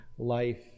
Life